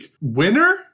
winner